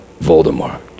Voldemort